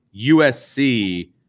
USC